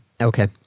Okay